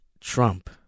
trump